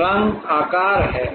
रंग आकार है